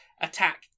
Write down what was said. attack